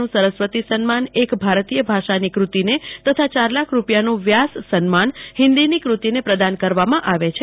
નું સરસ્વતી સ્ન્માન એક ભારતીય ભાષાની ક્રતિને તથા ચાર લાખ રુપિયાનું વ્યાસ સન્માન હિન્દીની ક્રતિને પ્રદાન કરવામાં આવે છે